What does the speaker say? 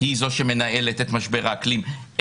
היא זו שמנהלת את משבר האקלים,